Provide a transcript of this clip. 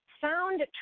sound